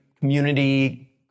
community